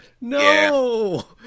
no